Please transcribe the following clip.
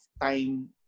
time